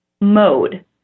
mode